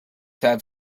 have